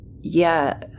Yeah